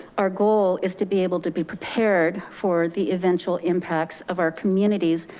our goal is to be able to be prepared for the eventual impacts of our communities,